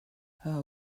her